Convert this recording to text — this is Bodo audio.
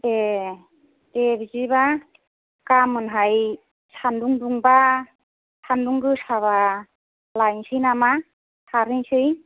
ए दे बिदिबा गामोनहाय सान्दुं दुंबा सान्दुं गोसाबा लायनोसै नामा सारहैनोसै